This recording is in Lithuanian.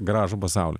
gražų pasaulį